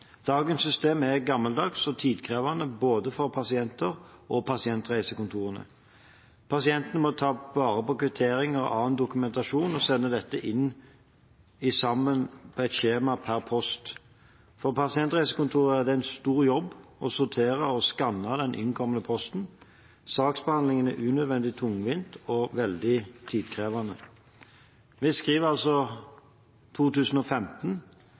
Dagens system er gammeldags og tidkrevende både for pasienter og for pasientreisekontorene. Pasientene må ta vare på kvitteringer og annen dokumentasjon og sende dette inn sammen med skjema per post. For pasientreisekontorene er det en stor jobb å sortere og skanne den innkommende posten. Saksbehandlingen er unødig tungvinn og veldig tidkrevende. Vi skriver nå 2015,